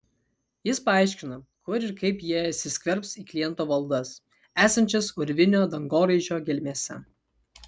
jis paaiškino kur ir kaip jie įsiskverbs į kliento valdas esančias urvinio dangoraižio gelmėse